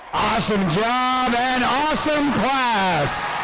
awesome job and awesome class.